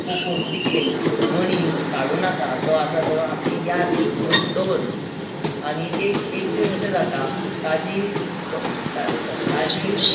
कुकूम तिकली मणी काडूं नाका तो आसा तो आपली याद म्हुणून दवर म्हुणून आनी एक एक दीस अशें जाता ताजी तो ता ता ताजी